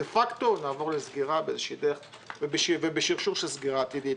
דה פקטו נעבור לסגירה באיזו דרך ובשרשור של סגירה עתידית,